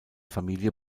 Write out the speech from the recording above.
familie